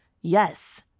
Yes